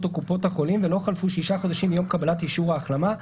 או קופות החולים ולא חלפו שישה חודשים מיום קבלת אישור ההחלמה,